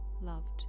loved